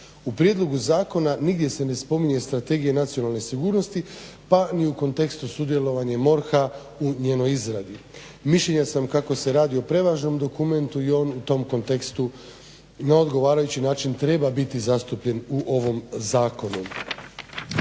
U prijedlogu zakona nigdje se ne spominje Strategija nacionalne sigurnosti pa ni u kontekstu sudjelovanja MORH-a u njenoj izradi. Mišljenja sam kako se radi o prevažnom dokumentu i on u tom kontekstu na odgovarajući način treba biti zastupljen u ovom zakonu.